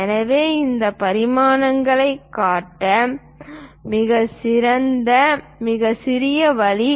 எனவே இந்த பரிமாணங்களைக் காட்ட வேண்டிய மிகச்சிறிய வழி